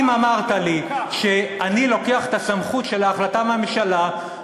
אם אמרת לי שאני לוקח את סמכות ההחלטה מהממשלה,